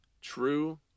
true